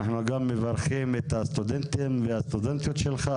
אנחנו גם מברכים את הסטודנטים והסטודנטיות שלך,